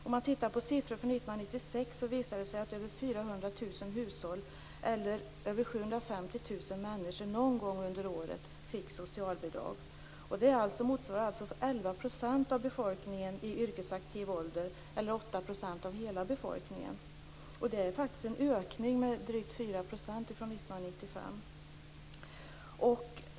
Om man tittar på siffror från 1996 visar det sig att över 400 000 hushåll eller över 750 000 människor någon gång under året fick socialbidrag. Det motsvarar alltså 11 % av befolkningen i yrkesaktiv ålder eller 8 % av hela befolkningen. Det är faktiskt en ökning med drygt 4 % från 1995.